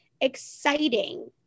exciting